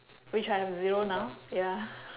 which I have zero now ya